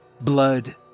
Blood